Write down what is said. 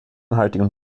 heutigen